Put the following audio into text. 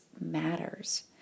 matters